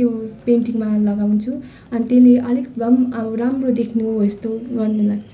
त्यो पेन्टिङमा लगाउँछु अनि त्यसले अलिक भए अब राम्रो देख्नु हो यस्तो गर्नु लाग्छ